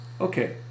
Okay